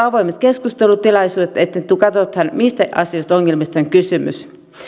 avoimet keskustelutilaisuudet niin että katsotaan mistä asioista ja ongelmista on kysymys